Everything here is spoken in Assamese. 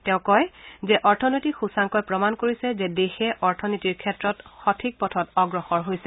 তেওঁ কয় যে অৰ্থনৈতিক সূচাংকই প্ৰমাণ কৰিছে যে দেশে অথনীতিৰ ক্ষেত্ৰত সঠিক পথত অগ্ৰসৰ হৈছে